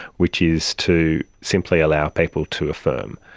which is to simply allow people to affirm.